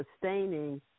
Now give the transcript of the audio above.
sustaining